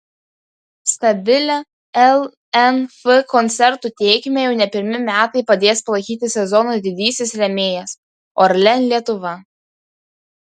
stabilią lnf koncertų tėkmę jau ne pirmi metai padės palaikyti sezono didysis rėmėjas orlen lietuva